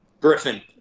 Griffin